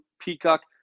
Peacock